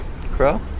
Crow